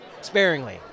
sparingly